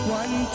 one